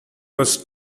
was